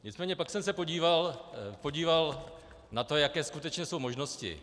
Nicméně pak jsem se podíval na to, jaké skutečně jsou možnosti.